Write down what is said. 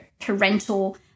parental